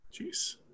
Jeez